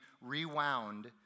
rewound